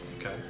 Okay